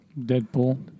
Deadpool